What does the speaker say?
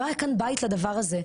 לא היה כאן בית לדבר הזה,